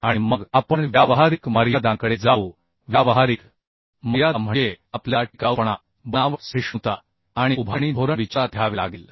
आणि मग आपण व्यावहारिक मर्यादांकडे जाऊ व्यावहारिक मर्यादा म्हणजे आपल्याला टिकाऊपणा बनावट सहिष्णुता आणि उभारणी धोरण विचारात घ्यावे लागेल